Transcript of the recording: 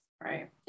Right